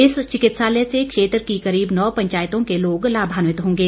इस चिकित्सालय से क्षेत्र की करीब नौ पंचायतों के लोग लामान्वित होंगे